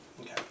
Okay